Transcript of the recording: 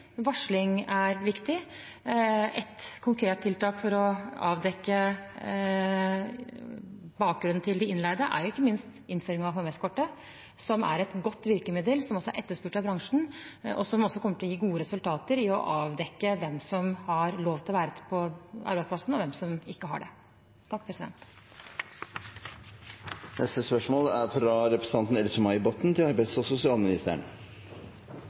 konkret tiltak for å avdekke bakgrunnen til de innleide er ikke minst innføring av HMS-kortet, som er et godt virkemiddel som også er etterspurt av bransjen, og som også kommer til å gi gode resultater i å avdekke hvem som har lov til å være på arbeidsplassen, og hvem som ikke har det. «De siste tre årene har ansattes rettigheter blitt svekket. Mulighet for mer pålagt overtid, lengre arbeidsdager uten HMS-vurderinger og